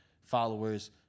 followers